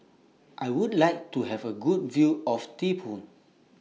I Would like to Have A Good View of Thimphu